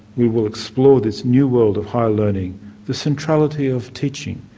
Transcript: we will explore this new world of higher learning the centrality of teaching,